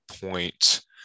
point